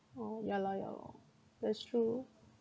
oh ya lor ya lor that's true